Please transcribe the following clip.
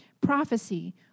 prophecy